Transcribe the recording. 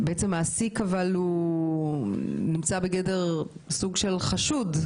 שמעסיק הוא בגדר סוג של חשוד,